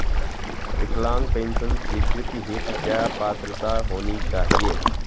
विकलांग पेंशन स्वीकृति हेतु क्या पात्रता होनी चाहिये?